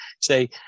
say